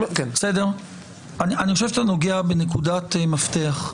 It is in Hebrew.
אני חושב שאתה נוגע בנקודת מפתח.